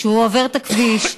כשהוא עובר את הכביש,